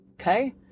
okay